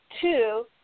Two